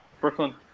Brooklyn